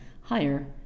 higher